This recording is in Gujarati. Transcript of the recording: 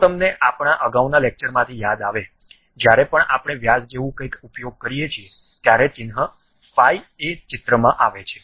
જો તમને આપણા અગાઉના લેક્ચર માંથી યાદ આવે જ્યારે પણ આપણે વ્યાસ જેવું કંઇક ઉપયોગ કરીએ છીએ ત્યારે ચિન્હ phi એ ચિત્રમાં આવે છે